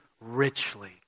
richly